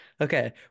okay